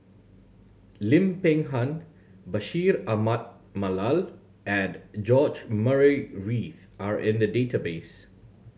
Lim Peng Han Bashir Ahmad Mallal and George Murray Reith are in the database